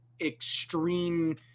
extreme